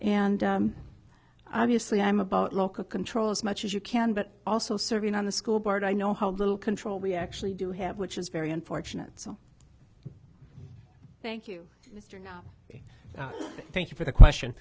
and obviously i'm about local control as much as you can but also serving on the school board i know how little control we actually do have which is very unfortunate so thank you thank you for the